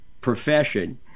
profession